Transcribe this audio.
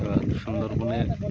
এবার সুন্দরবনে